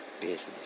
business